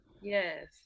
Yes